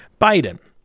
Biden